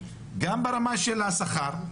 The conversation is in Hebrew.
גם ברמה של השכר,